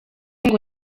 ngo